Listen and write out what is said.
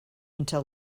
until